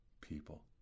people